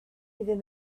iddyn